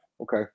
Okay